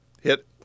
Hit